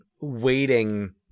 waiting